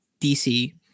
DC